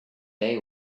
day